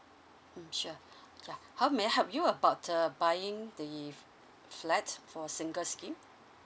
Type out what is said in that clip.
mm sure ya how may I help you about uh buying the flat for single scheme